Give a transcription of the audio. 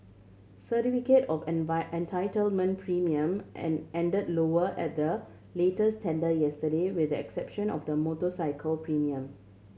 certificate of entitlement premium end lower at the latest tender yesterday with the exception of the motorcycle premium